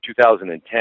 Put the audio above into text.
2010